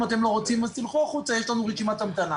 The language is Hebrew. אם אתם לא רוצים אז תצאו החוצה יש לנו רשימת המתנה.